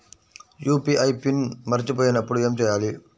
UPI PIN మరచిపోయినప్పుడు ఏమి చేయాలి?